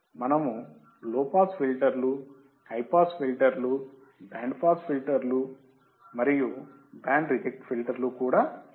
మనము low pass ఫిల్టర్లు high pass ఫిల్టర్లు బ్యాండ్ పాస్ ఫిల్టర్లు మరియు బ్యాండ్ రిజెక్ట్ ఫిల్టర్లు కూడా ఉన్నాయి